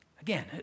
Again